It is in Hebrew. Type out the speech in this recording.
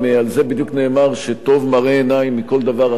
על זה בדיוק נאמר שטוב מראה עיניים מכל דבר אחר,